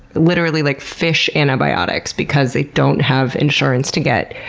literally, like fish antibiotics because they don't have insurance to get,